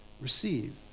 receive